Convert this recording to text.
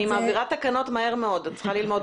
אני מעבירה תקנות מהר מאוד את צריכה ללמוד.